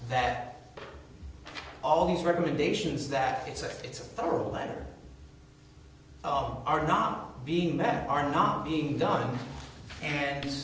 that all these recommendations that it's a it's a four letter are not being that are not being done and